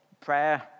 prayer